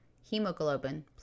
hemoglobin